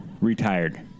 retired